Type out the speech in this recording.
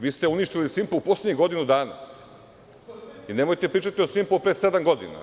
Vi ste uništili „Simpo“ u poslednjih godinu dana i nemojte da pričate o „Simpu“ od pre sedam godina.